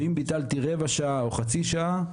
ואם ביטלתי רבע שעה או חצי שעה,